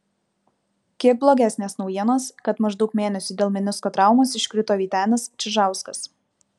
kiek blogesnės naujienos kad maždaug mėnesiui dėl menisko traumos iškrito vytenis čižauskas